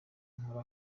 nkora